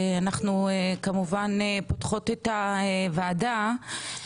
אנחנו כמובן פותחות את הוועדה,